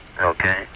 Okay